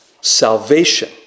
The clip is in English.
salvation